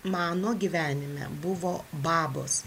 mano gyvenime buvo babos